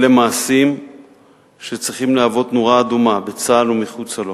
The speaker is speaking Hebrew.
אלה מעשים שצריכים להוות נורה אדומה בצה"ל ומחוצה לו.